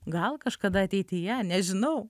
gal kažkada ateityje nežinau